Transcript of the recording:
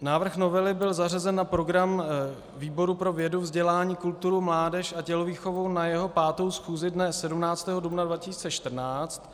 Návrh novely byl zařazen na program výboru pro vědu, vzdělání, kulturu, mládež a tělovýchovu na jeho 5. schůzi dne 17. dubna 2014.